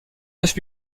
neuf